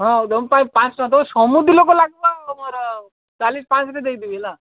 ହଉ ତମପାଇଁ ପାଁଶହ ଟଙ୍କା ତମେ ସମୁଦି ଲୋକ ଲାଗିବ ଆଉ ମୋର ଚାଳିଶ ପାଞ୍ଚ ରେ ଦେଇଦେବି ହେଲା